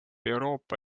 euroopa